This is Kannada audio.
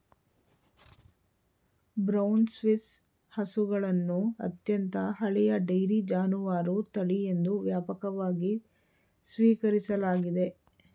ಬ್ರೌನ್ ಸ್ವಿಸ್ ಹಸುಗಳನ್ನು ಅತ್ಯಂತ ಹಳೆಯ ಡೈರಿ ಜಾನುವಾರು ತಳಿ ಎಂದು ವ್ಯಾಪಕವಾಗಿ ಸ್ವೀಕರಿಸಲಾಗಿದೆ